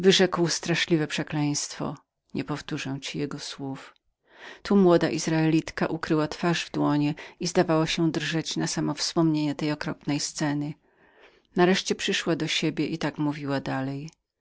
nie wahał się wyrzec tych przerażających zaklęć tu młoda izraelitka ukryła twarz w dłonie i zdawała się drżeć na samo wspomnienie tej okropnej sceny nareszcie przyszła do siebie i tak dalej